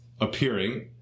appearing